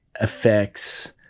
effects